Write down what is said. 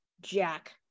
jack